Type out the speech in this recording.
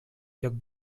lloc